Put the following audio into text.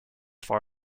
far